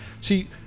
See